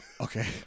Okay